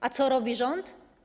A co robi rząd?